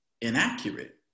inaccurate